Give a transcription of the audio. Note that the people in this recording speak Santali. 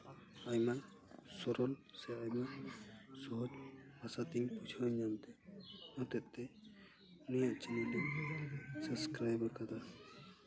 ᱟᱭᱢᱟ ᱥᱚᱨᱚᱱ ᱥᱮ ᱟᱭᱢᱟ ᱥᱚᱦᱚᱡᱽ ᱵᱷᱟᱥᱟ ᱛᱮᱧ ᱵᱩᱡᱷᱟᱹᱣᱟ ᱢᱮᱱᱛᱮ ᱚᱱᱟ ᱦᱚᱛᱮᱜ ᱛᱮ ᱩᱱᱤᱭᱟᱜ ᱪᱮᱱᱮᱞ ᱫᱚᱹᱧ ᱥᱟᱵᱥᱠᱨᱟᱭᱤᱵᱽ ᱟᱠᱟᱫᱟ